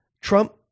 Trump